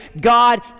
God